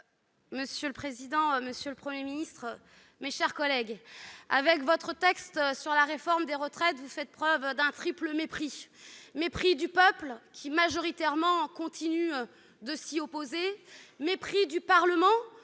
citoyen et écologiste. Monsieur le Premier ministre, avec votre texte sur la réforme des retraites, vous faites preuve d'un triple mépris. Mépris du peuple, qui, majoritairement, continue de s'y opposer. Mépris du Parlement,